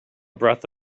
breath